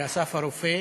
באסף הרופא.